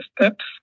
steps